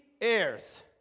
heirs